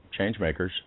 changemakers